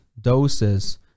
doses